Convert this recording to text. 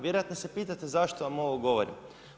Vjerojatno se pitate zašto vam ovo govorim.